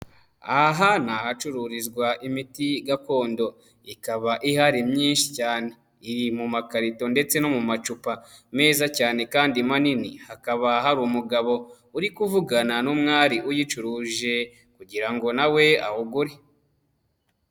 Aha ni ahacururizwa imiti gakondo ikaba ihari myinshi cyane, iri mu makarito ndetse no mu macupa meza cyane kandi manini, hakaba hari umugabo uri kuvugana n'umwari uyicuruje kugira ngo nawe awugure.